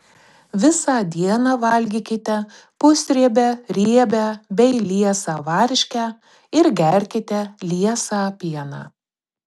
visą dieną valgykite pusriebę riebią bei liesą varškę ir gerkite liesą pieną